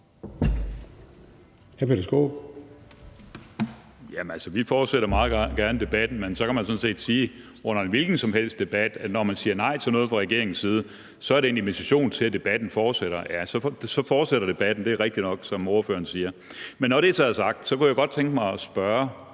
Vi fortsætter meget gerne debatten, men så kan man jo under en hvilken som helst debat sådan set sige, at når man siger nej til noget fra regeringens side, så er det en invitation til, at debatten fortsætter. Ja, så fortsætter debatten. Det er rigtigt nok, som ordføreren siger. Men når det så er sagt, kunne jeg godt tænke mig at spørge